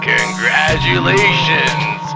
Congratulations